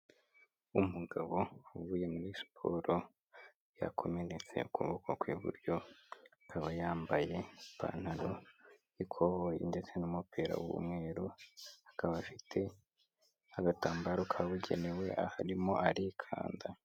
Umugabo uvuye muri siporo, yakomeretse ukuboko kw'iburyo, akaba yambaye ipantaro y'ikoboyi ndetse n'umupira w'umweru, akaba afite agatambaro kabugenewe aho arimo arikanda.